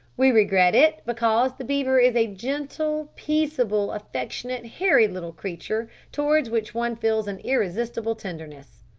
we regret it, because the beaver is a gentle, peaceable, affectionate, hairy little creature, towards which one feels an irresistible tenderness!